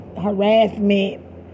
harassment